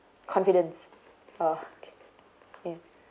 confidence orh kay kay